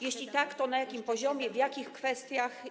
Jeśli tak, to na jakim poziomie i w jakich kwestiach?